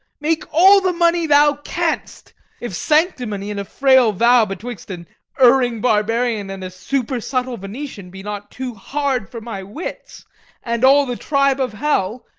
make all the money thou canst if sanctimony and a frail vow betwixt an erring barbarian and a supersubtle venetian be not too hard for my wits and all the tribe of hell,